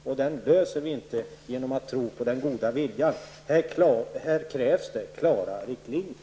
Vi löser inte den genom att tro på den goda viljan. Här krävs det klara riktlinjer.